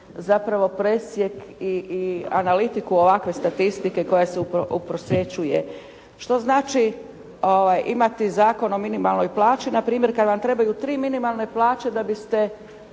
zapravo presjek i analitiku ovakve statistike koja se uprosječuje. Što znači imati Zakon o minimalnoj plaći npr. kad vam trebaju tri minimalne plaće da biste